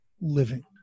living